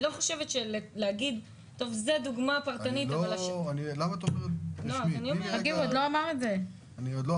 אני לא חושבת שלהגיד שזו דוגמה פרטנית זה לא --- עוד לא אמרתי כלום.